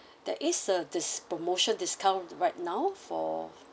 that is a this promotion discount right now for